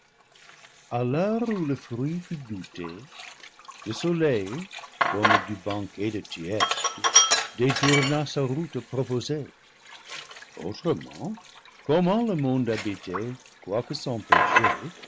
a l'heure où le fruit fut goûté le soleil comme du banquet de thyeste détourna sa route proposée autrement comment le monde habité quoique sans péché